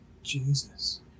Jesus